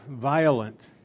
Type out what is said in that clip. violent